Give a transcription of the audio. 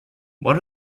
what